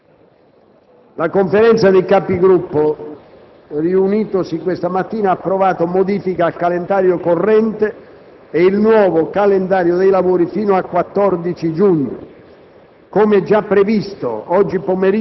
La Conferenza dei Capigruppo, riunitasi questa mattina, ha approvato modifiche al calendario corrente e il nuovo calendario dei lavori fino al 14 giugno.